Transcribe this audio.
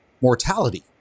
mortality